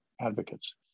Advocates